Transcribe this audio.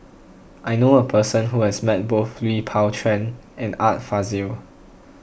I knew a person who has met both Lui Pao Chuen and Art Fazil